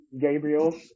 Gabriel